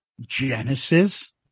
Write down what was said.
Genesis